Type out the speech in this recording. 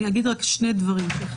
אני אגיד רק שני דברים: א',